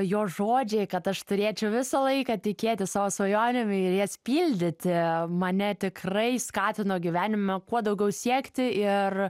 jo žodžiai kad aš turėčiau visą laiką tikėti savo svajonėm ir jas pildyti mane tikrai skatino gyvenime kuo daugiau siekti ir